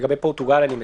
לגבי פורטוגל אני מדבר.